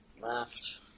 Left